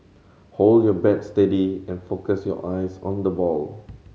hold your bat steady and focus your eyes on the ball